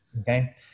Okay